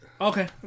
Okay